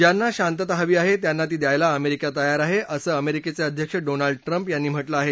ज्यांना शांतता हवी आहे त्यांना ती द्यायला अमेरिका तयार आहे असं अमेरिकेचं अध्यक्ष डोनाल्ड ट्रम्प यांनी म्हा लिं आहे